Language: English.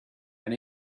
and